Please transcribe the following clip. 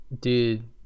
Dude